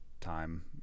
time